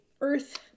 Earth